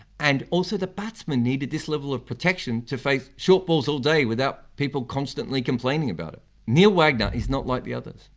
and also the batsmen needed this level of protection to face short balls all day without people constantly complaining about it. neil wagner is not like the others.